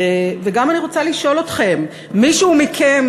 וגם אני רוצה לשאול אתכם: מישהו מכם